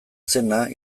zena